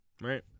Right